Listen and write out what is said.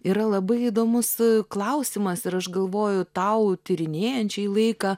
yra labai įdomus klausimas ir aš galvoju tau tyrinėjančiai laiką